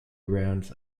rounds